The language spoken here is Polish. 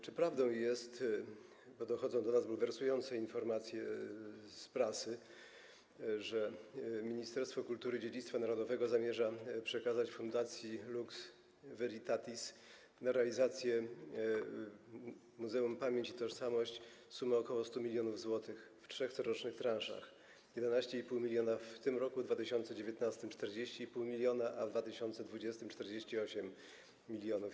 Czy prawdą jest, bo dochodzą do nas bulwersujące informacje z prasy, że Ministerstwo Kultury i Dziedzictwa Narodowego zamierza przekazać Fundacji Lux Veritatis na realizację Muzeum „Pamięć i Tożsamość” sumę ok. 100 mln zł w trzech corocznych transzach: 11,5 mln - w tym roku, w 2019 r. - 40,5 mln, a w 2020 r. - 48 mln?